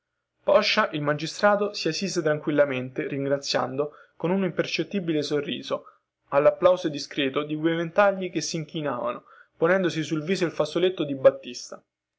poscia il magistrato si assise tranquillamente ringraziando con un impercettibile sorriso allapplauso discreto di quei ventagli che sinchinavano ponendosi sul viso il fazzoletto di batista